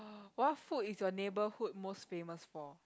what food is your neighbourhood most famous for